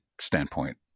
standpoint